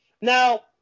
Now